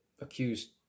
accused